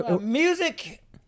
music